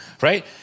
Right